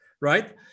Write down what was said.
Right